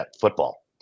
football